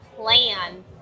Plan